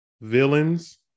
villains